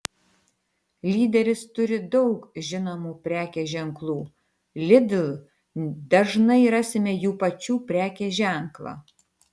lyderis turi daug žinomų prekės ženklų lidl dažnai rasime jų pačių prekės ženklą